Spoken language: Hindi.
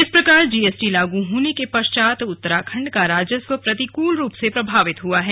इस प्रकार जीएसटी लागू होने के पश्चात् उत्तराखण्ड का राजस्व प्रतिकूल रूप से प्रभावित हुआ है